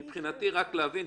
מבחינתי אני רוצה רק להבין.